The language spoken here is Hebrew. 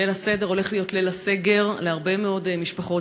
ליל הסדר, הולך להיות ליל הסגר להרבה מאוד משפחות.